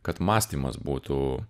kad mąstymas būtų